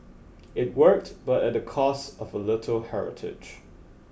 it worked but at the cost of a little heritage